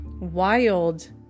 wild